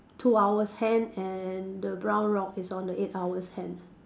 two hours hand and the brown rock is on the eight hours hand